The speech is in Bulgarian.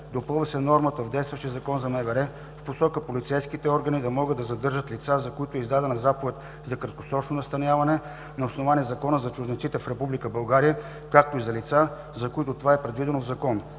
Допълва се нормата в действащия Закон за МВР в посока полицейските органи да могат да съпровождат лица, за които е издадена заповед за краткосрочно настаняване на основание Закона за чужденците в Република България, както и за лица, за които това е предвидено в закон.